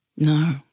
No